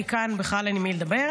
כי כאן בכלל אין עם מי לדבר,